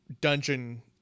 dungeon